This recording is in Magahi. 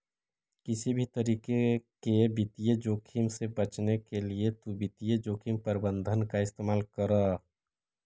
किसी भी तरीके के वित्तीय जोखिम से बचने के लिए तु वित्तीय जोखिम प्रबंधन का इस्तेमाल करअ